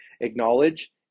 acknowledge